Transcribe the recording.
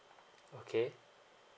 okay